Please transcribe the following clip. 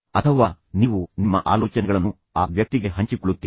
ಅಥವಾ ನೀವು ನಿಮ್ಮ ಆಲೋಚನೆಗಳನ್ನು ಆ ವ್ಯಕ್ತಿಗೆ ಹಂಚಿಕೊಳ್ಳುತ್ತೀರಿ